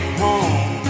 home